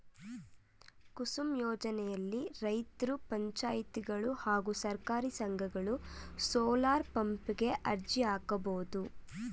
ಕುಸುಮ್ ಯೋಜ್ನೆಲಿ ರೈತ್ರು ಪಂಚಾಯತ್ಗಳು ಹಾಗೂ ಸಹಕಾರಿ ಸಂಘಗಳು ಸೋಲಾರ್ಪಂಪ್ ಗೆ ಅರ್ಜಿ ಹಾಕ್ಬೋದು